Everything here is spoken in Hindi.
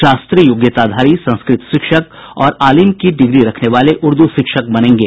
शास्त्री योग्यताधारी संस्कृत शिक्षक और आलीम की डिग्री रखने वाले उर्दू शिक्षक बनेंगे